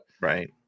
right